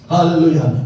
Hallelujah